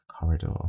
corridor